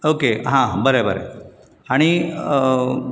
okay हां बरें बरें आनी